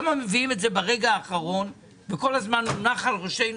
למה מביאים את זה ברגע האחרון וכל הזמן מונח על ראשינו